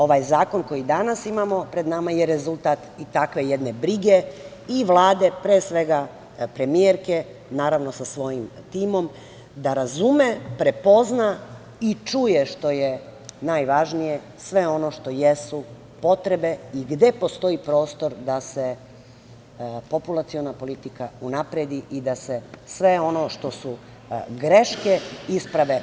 Ovaj zakon koji danas imamo pred vama je rezultat i takve jedne brige i Vlade, pre svega premijerke, naravno sa svojim timom, da razume, prepozna i čuje, što je najvažnije, sve ono što jesu potrebe i gde postoji prostor da se populaciona politika unapredi i da se sve ono što su greške isprave.